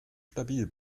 stabil